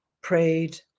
prayed